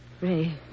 Ray